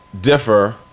differ